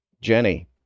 Jenny